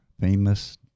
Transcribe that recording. famous